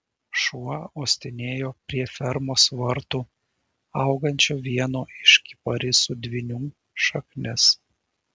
šuo uostinėjo prie fermos vartų augančio vieno iš kiparisų dvynių šaknis